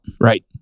right